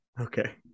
Okay